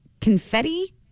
confetti